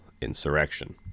insurrection